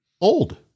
old